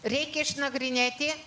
reikia išnagrinėti